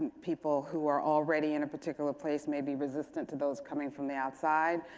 people who are already in a particular place may be resistant to those coming from the outside.